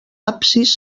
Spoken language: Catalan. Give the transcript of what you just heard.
absis